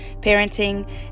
parenting